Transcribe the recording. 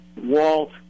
Walt